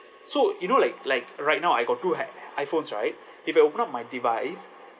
so you know like like right now I got two ha~ iphones right if I open up my device